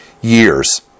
years